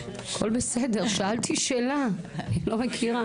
הכול בסדר, שאלתי שאלה, לא מכירה.